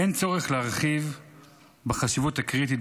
אין צורך להרחיב בחשיבות הקריטית,